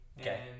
Okay